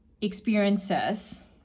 experiences